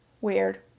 weird